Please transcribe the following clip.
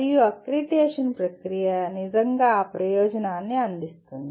మరియు అక్రిడిటేషన్ ప్రక్రియ నిజంగా ఆ ప్రయోజనాన్ని అందిస్తుంది